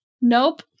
Nope